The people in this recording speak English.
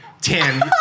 ten